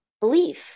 belief